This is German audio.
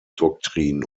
doktrin